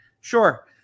Sure